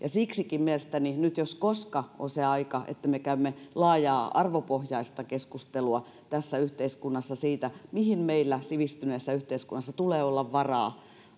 siksikin mielestäni nyt jos koska on se aika että me käymme laajaa arvopohjaista keskustelua tässä yhteiskunnassa siitä mihin meillä sivistyneessä yhteiskunnassa tulee olla varaa